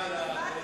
על היעדים שלכם.